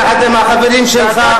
יחד עם החברים שלך,